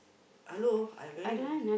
hello I very